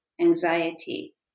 anxiety